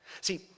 See